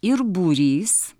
ir būrys